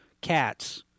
cats